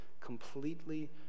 completely